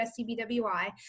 SCBWI